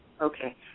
Okay